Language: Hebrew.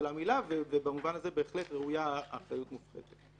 במידה מסוימת זה גם קשור להערה של אפרת.